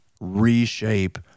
reshape